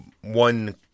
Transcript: one